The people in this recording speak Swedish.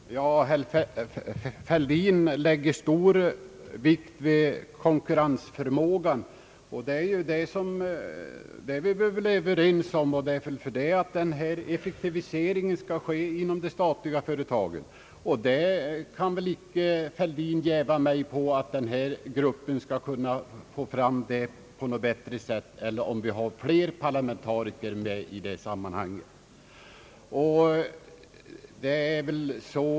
Herr talman! Herr Fälldin lägger stor vikt vid konkurrensförmågan, och det är vi väl överens om. Det är därför en effektivisering skall ske inom de statliga företagen. Herr Fälldin kan väl inte jäva mig med ett påstående att denna expertgrupp skall få fram det på ett bättre sätt, om det finns fler parlamentariker i den.